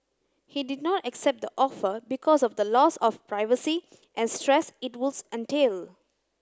he did not accept the offer because of the loss of privacy and stress it would entail